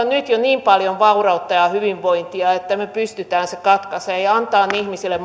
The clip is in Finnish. nyt jo niin paljon vaurautta ja hyvinvointia että me pystymme sen katkaisemaan ja antamaan ihmisille